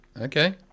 Okay